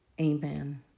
Amen